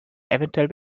eventuell